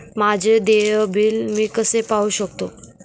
माझे देय बिल मी कसे पाहू शकतो?